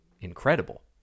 incredible